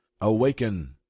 Awaken